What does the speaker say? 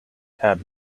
tab